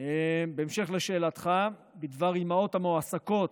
בהמשך לשאלתך בדבר אימהות המועסקות